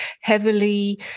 heavily